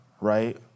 right